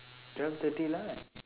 twelve thirty lah